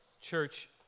Church